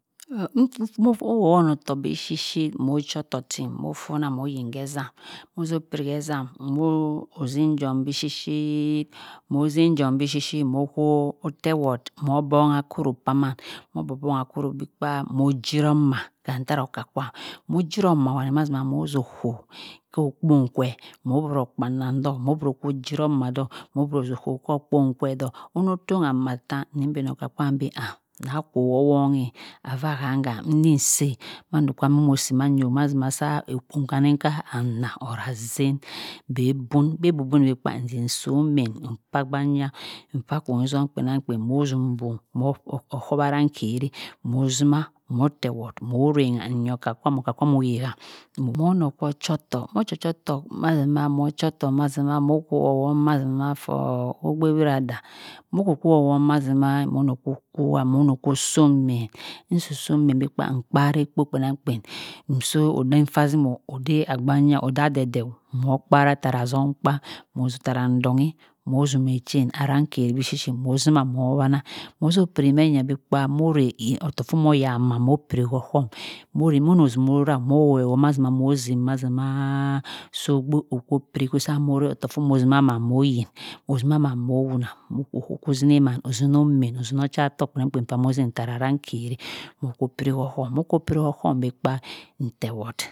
Mho woh wonohtohk bi shi mho cho tohk ting mho fonah mho yin he ezam mho zho pin ezam mho zo ozinjom bishi shi moh zinjom omoh oklo tewod mho bongha akoro saman moh osonga koro bi kpa moh jeromah oterah oka kwam moh jerohma mazima moh zho kho kho okpon kwe ddohk moh tongha amah tthan mbenoka kwam bi nah kho owong eh ovah ham gam eminsi marso amoh mho si manyah opiri nkaninkha annah or azien beh bun bhe bun buni kpa nsomein nrsa agbanya mkpa akwonizom kpenam. kpen mho zhum bom-moh ochuwarang kheri moh zima moh teword mho yeha oka kwam. okah kwam okho yeha moh noh koh cho-htohk mho chi cho tohk mazima mho kho owong mazima for ogbe wiradah moh kukuowong mhazima ogbe wiradah moh soh omein nsoh soh omien si kpa nkpuran gogbe kpenana kpen odey odede oh moh kpara rah tara azum kpamoh tarah ndongai moh dume chein anang kerehri shi shi mho zima mho wanna mho zho piri mhe bi kpa moh zoh reh mo kho zinima opiri ohum moh rey mhonozimo rah mho whe whot haa mho zim mazima ma aaaa so ogbe okho piri sah izuma man mho yin ozimama mho wuna okoh zini man ozini omein ozieni occa tohk kpenamkpen amon zini tara orangkeri moh kho piri ohuru mho kho piri okham nteword